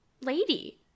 lady